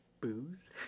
Booze